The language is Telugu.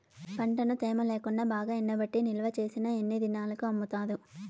పంటను తేమ లేకుండా బాగా ఎండబెట్టి నిల్వచేసిన ఎన్ని దినాలకు అమ్ముతారు?